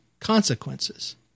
consequences